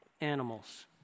animals